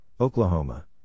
Oklahoma